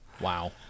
wow